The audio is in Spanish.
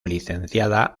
licenciada